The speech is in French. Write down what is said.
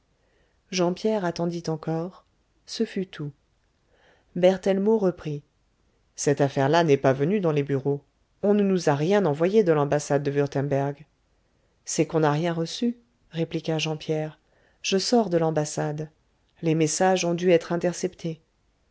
jean pierre attendit encore ce fut tout berthellemot reprit cette affaire-là n'est pas venue dans les bureaux on ne nous a rien envoyé de l'ambassade de wurtemberg c'est qu'on n'a rien reçu répliqua jean pierre je sors de l'ambassade les messages ont dû être interceptés